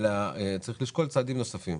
צריך לשקול צעדים נוספים.